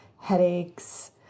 headaches